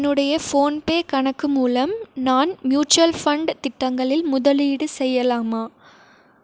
என்னுடைய ஃபோன்பே கணக்கு மூலம் நான் மியூச்சுவல் ஃபண்ட் திட்டங்களில் முதலீடு செய்யலாமா